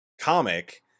comic